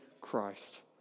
Christ